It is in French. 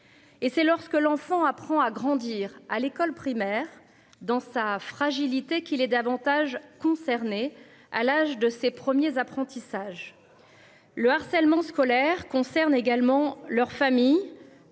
Et c'est lorsque l'enfant apprend à grandir à l'école primaire dans sa fragilité qui l'est davantage concernée à l'âge de ses premiers apprentissages. Le harcèlement scolaire concerne également leurs familles,